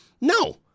No